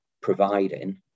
providing